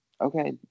Okay